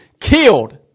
killed